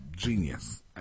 genius